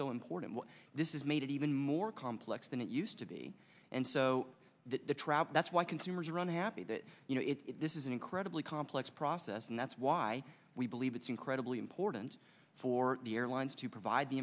so important this is made it even more complex than it used to be and so trap that's why consumers run happy that you know this is an incredibly complex process and that's why we believe it's incredibly important for the airlines to provide the